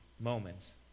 moments